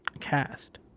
cast